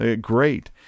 great